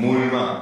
מול מה?